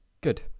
good